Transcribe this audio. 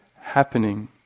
happening